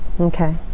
Okay